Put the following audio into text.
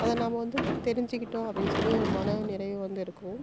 அது நாம் வந்து தெரிஞ்சுக்கிட்டோம் அப்படின்னு சொல்லி ஒரு மன நிறைவு வந்து இருக்கும்